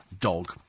dog